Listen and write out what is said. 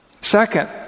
Second